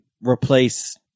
replace